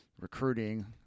recruiting